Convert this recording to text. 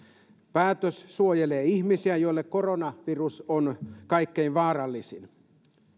päätös suojelee ihmisiä joille koronavirus on kaikkein vaarallisin